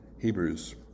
Hebrews